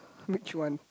which one